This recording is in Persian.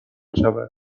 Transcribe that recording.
شود